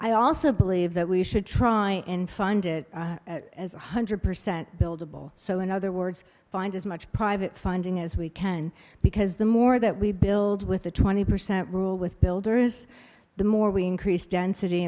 i also believe that we should try and find it as one hundred percent buildable so in other words find as much private funding as we can because the more that we build with the twenty percent rule with builders the more we increase